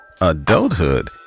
Adulthood